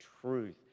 truth